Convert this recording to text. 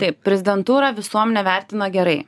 taip prezidentūrą visuomenė vertina gerai